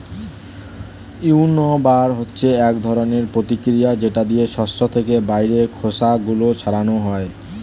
উইন্নবার হচ্ছে এক ধরনের প্রতিক্রিয়া যেটা দিয়ে শস্য থেকে বাইরের খোসা গুলো ছাড়ানো হয়